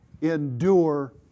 Endure